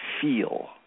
feel